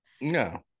No